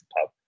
pub